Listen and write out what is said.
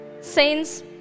Saints